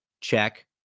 check